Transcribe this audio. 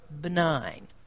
benign